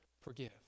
forgive